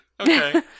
Okay